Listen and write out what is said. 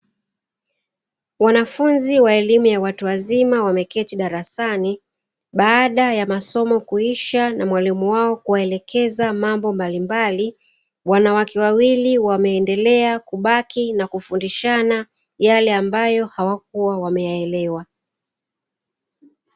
Wanafunzi wa elimu ya watu wazima, wameketi darasani baada ya masomo kuisha na mwalimu wao kuwaelekeza mambo mbalimbali, wanawake wawili wameendelea kubaki na kufundishana yale ambayo hawakua wameyaelewa.